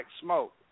smoke